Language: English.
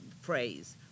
phrase